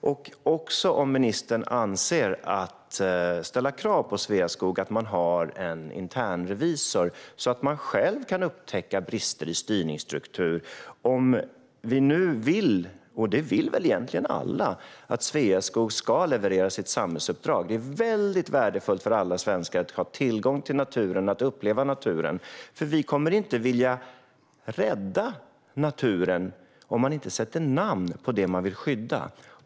Jag undrar också om ministern anser att man ska ställa krav på Sveaskog att ha en internrevisor så att de själva kan upptäcka brister i styrningsstruktur. Det handlar om huruvida vi vill att Sveaskog ska leverera sitt samhällsuppdrag, och det vill väl egentligen alla. Det är väldigt värdefullt för alla svenskar att ha tillgång till och kunna uppleva naturen. Vi kommer inte att vilja rädda naturen om man inte sätter namn på det man vill skydda.